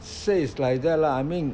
say is like that lah I mean